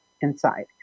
inside